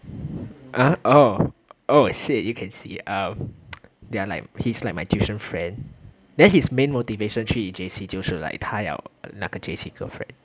ah oh oh shit you can see um they are like he is like my tuition friend then his main motivation 去 J_C 就是 like 他要那个 J_C girlfriend